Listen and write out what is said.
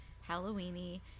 Halloween-y